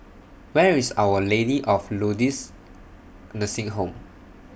Where IS Our Lady of Lourdes Nursing Home